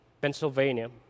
Pennsylvania